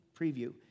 preview